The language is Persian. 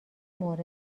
مورد